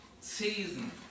Season